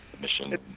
mission